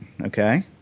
Okay